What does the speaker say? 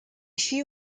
few